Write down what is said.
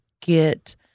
get